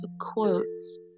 quotes